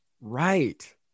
Right